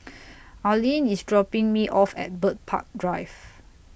Arline IS dropping Me off At Bird Park Drive